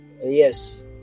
Yes